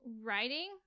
writing